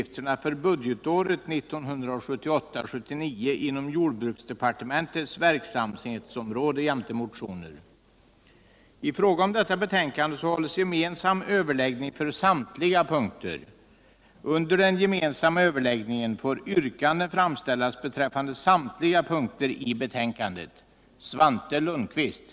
4. att riksdagen beslutade anhålla att regeringen framlade förslag om att belopp likvärdiga med dem som nu anslogs till information om utvecklingssamarbete skulle utgå till frivilligorganisationernas information om nedrustningsoch FN-frågor.